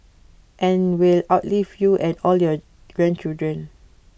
and will outlive you and all your grandchildren